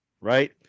right